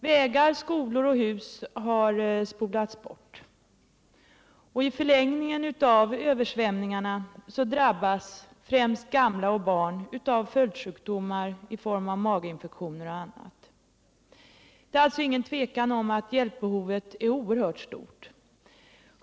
Vägar, skolor och hus har spolats bort, och i förlängningen av översvämningarna drabbas främst gamla och barn av följdsjukdomar i form av maginfektioner och annat. Det är alltså inget tvivel om att hjälpbehovet är oerhört stort.